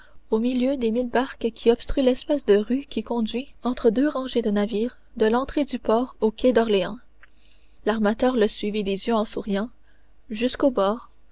au milieu des mille barques qui obstruent l'espèce de rue étroite qui conduit entre deux rangées de navires de l'entrée du port au quai d'orléans l'armateur le suivit des yeux en souriant jusqu'au bord